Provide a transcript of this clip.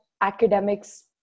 academics